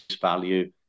value